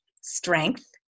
strength